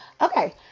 okay